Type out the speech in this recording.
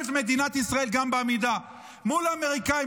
את מדינת ישראל גם בעמידה מול האמריקאים.